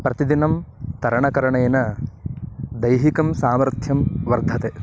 प्रतिदिनं तरणकरणेन दैहिकं सामर्थ्यं वर्धते